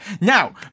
Now